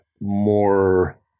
more